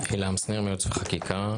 עילם שניר מייעוץ וחקיקה.